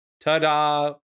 ta-da